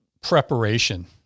preparation